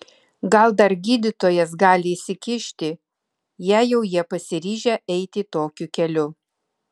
gal dar gydytojas gali įsikišti jei jau jie pasiryžę eiti tokiu keliu